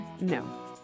No